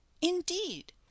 indeed